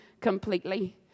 completely